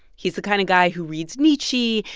he's the kind of guy who reads nietzsche,